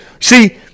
See